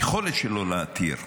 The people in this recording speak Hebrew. היכולת שלו להתיר,